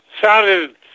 sounded